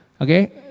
Okay